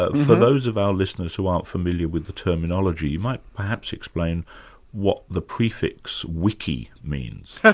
ah for those of our listeners who aren't familiar with the terminology, you might perhaps explain what the prefix, wiki means.